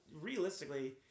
realistically